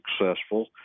successful